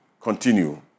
continue